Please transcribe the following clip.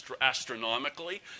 astronomically